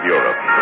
Europe